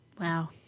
Wow